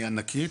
היא ענקית,